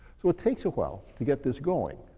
so it takes awhile to get this going.